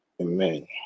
Amen